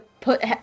put